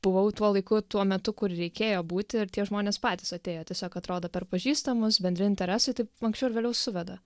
buvau tuo laiku tuo metu kur reikėjo būti ir tie žmonės patys atėjo tiesiog atrodo per pažįstamus bendri interesai taip anksčiau ar vėliau suveda